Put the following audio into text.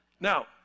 Now